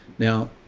now,